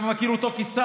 אני גם מכיר אותו כשר.